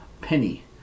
penny